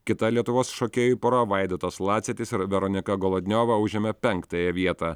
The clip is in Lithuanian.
kita lietuvos šokėjų pora vaidotas lacitis ir veronika golodniova užėmė penktąją vietą